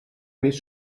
més